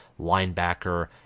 linebacker